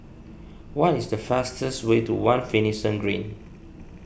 what is the fastest way to one Finlayson Green